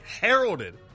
heralded